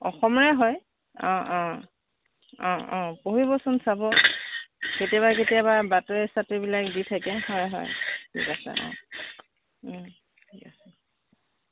অসমৰে হয় অঁ অঁ অঁ অঁ পঢ়িবচোন চাব কেতিয়াবা কেতিয়াবা বাতৰিয়ে চাতৰিয়ে এইবিলাক দি থাকে হয় ঠিক আছে অঁ